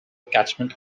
catchment